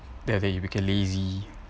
then after that you become lazy